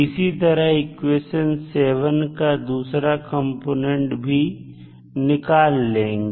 इसी तरह इक्वेशन 7 का दूसरा कंपोनेंट भी निकाल लेंगे